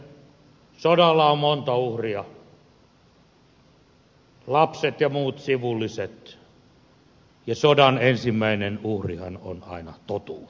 yhä edelleen sodalla on monta uhria lapset ja muut sivulliset ja sodan ensimmäinen uhrihan on aina totuus